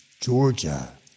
Georgia